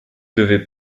devez